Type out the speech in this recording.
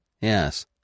Yes